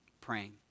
praying